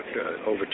over